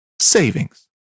savings